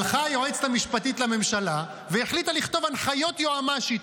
הלכה היועצת המשפטית לממשלה והחליטה לכתוב הנחיות יועמ"שית.